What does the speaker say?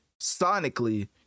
sonically